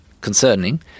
concerning